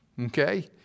Okay